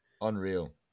Unreal